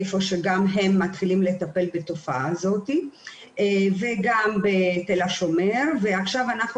איפה שגם הם מתחילים לטפל בתופעה הזאת וגם בתל השומר ועכשיו אנחנו